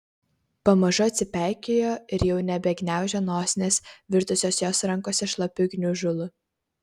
pamažu atsipeikėjo ir jau nebegniaužė nosinės virtusios jos rankose šlapiu gniužulu